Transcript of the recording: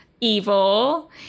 evil